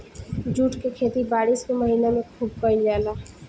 jute के खेती बारिश के महीना में खुब कईल जाला